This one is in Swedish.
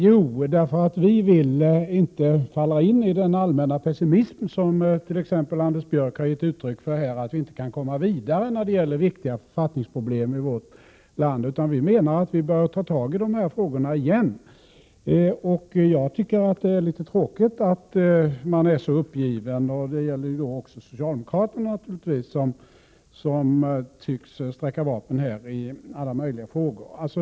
Jo, därför att vi inte vill falla in i den allmänna pessimismen, som t.ex. Anders Björck har gett uttryck åt här, om att vi inte kan komma vidare när det gäller viktiga författningsproblem i vårt land. Vi menar att man bör ta tag i dessa frågor igen. Det tråkiga är att man är så uppgiven. Det gäller naturligtvis också socialdemokraterna, som tycks sträcka vapen här i alla möjliga frågor.